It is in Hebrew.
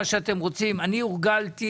מי בעד?